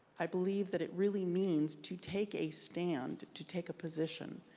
i believe that it really means to take a stand, to take a position.